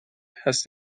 has